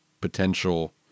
potential